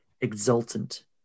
exultant